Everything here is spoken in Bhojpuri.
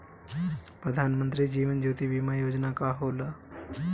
प्रधानमंत्री जीवन ज्योति बीमा योजना का होला?